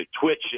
Twitch